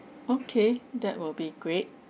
okay that will be great